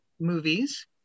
movies